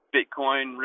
Bitcoin